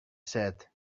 said